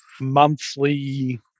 monthly